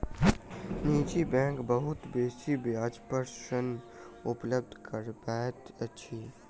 निजी बैंक बहुत बेसी ब्याज पर ऋण उपलब्ध करबैत अछि